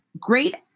great